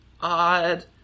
odd